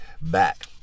back